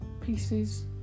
pieces